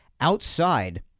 outside